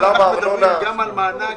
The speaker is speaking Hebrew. אנחנו מדברים גם על מענק,